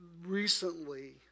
Recently